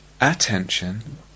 attention